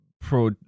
pro